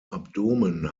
abdomen